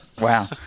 Wow